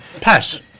Pat